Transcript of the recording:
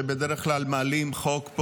כשבדרך כלל מעלים פה חוק,